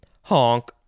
Honk